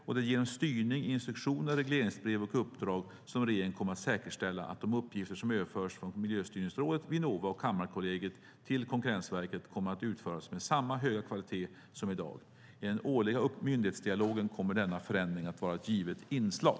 Det är genom styrning i instruktioner, regleringsbrev och uppdrag som regeringen kommer att säkerställa att de uppgifter som överförs från Miljöstyrningsrådet, Vinnova och Kammarkollegiet till Konkurrensverket kommer att utföras med samma höga kvalitet som i dag. I den årliga myndighetsdialogen kommer denna förändring att vara ett givet inslag.